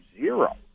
zero